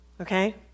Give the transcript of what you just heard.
okay